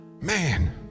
Man